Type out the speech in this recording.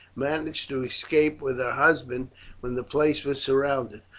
managed to escape with her husband when the place was surrounded.